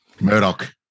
Murdoch